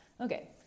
okay